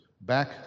Back